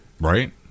Right